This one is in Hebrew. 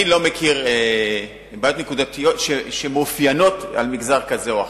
אני לא מכיר בעיות נקודתיות שמאופיינות על-ידי מגזר כזה או אחר.